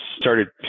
started